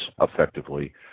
effectively